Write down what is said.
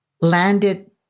landed